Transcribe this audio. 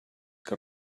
que